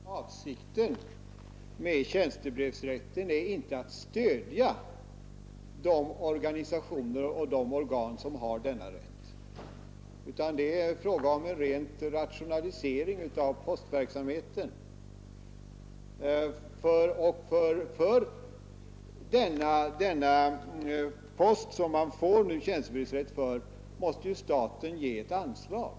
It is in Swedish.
Herr talman! Avsikten med tjänstebrevsrätten är inte att stödja de organisationer och de organ som har denna rätt, utan det är fråga om en ren rationalisering av postverksamheten. För den post som man får tjänstebrevsrätt för måste staten ge ett anslag.